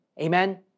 Amen